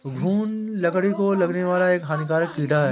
घून लकड़ी को लगने वाला एक हानिकारक कीड़ा है